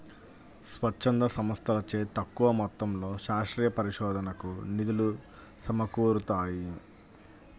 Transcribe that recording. స్వచ్ఛంద సంస్థలచే తక్కువ మొత్తంలో శాస్త్రీయ పరిశోధనకు నిధులు సమకూరుతాయి